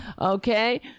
okay